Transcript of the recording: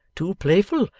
too playful,